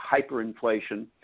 hyperinflation